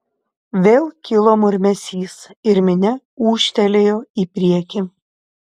vėl kilo murmesys ir minia ūžtelėjo į priekį